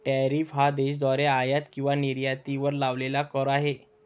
tariff हा देशाद्वारे आयात किंवा निर्यातीवर लावलेला कर आहे